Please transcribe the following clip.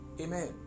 Amen